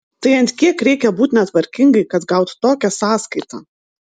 tai ant kiek reikia būt netvarkingai kad gaut tokią sąskaitą